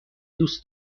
دوست